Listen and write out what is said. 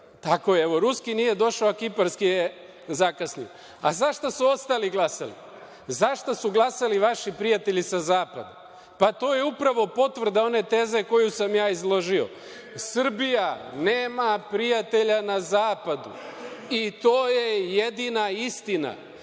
Tako je. Evo, ruski nije došao, a kiparski je zakasnio. Za šta su ostali glasali? Za šta su glasali vaši prijatelji sa Zapada? To je upravo potvrda one teze koju sam ja izložio – Srbija nema prijatelja na Zapadu i to je jedina istina.